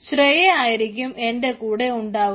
ശ്രേയ ആയിരിക്കും എന്റെ കൂടെ ഉണ്ടാവുക